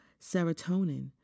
serotonin